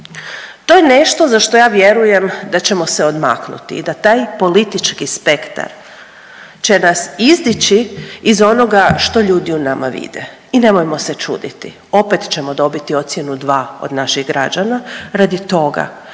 to je nešto za što ja vjerujem da ćemo se odmaknuti i da taj politički spektar će nas izdići iz onoga što ljudi u nama vide i nemojmo se čuditi. Opet ćemo dobiti ocjenu 2 od naših građana radi toga